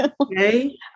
Okay